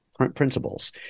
Principles